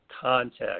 context